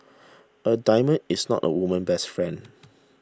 a diamond is not a woman's best friend